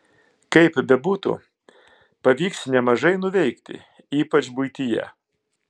kaip bebūtų pavyks nemažai nuveikti ypač buityje